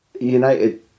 United